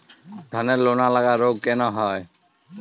ধানের লোনা লাগা রোগ কেন হয়?